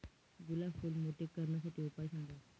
गुलाब फूल मोठे करण्यासाठी उपाय सांगा?